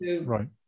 right